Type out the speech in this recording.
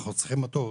אנחנו צריכים אותו.